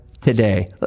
today